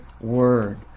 word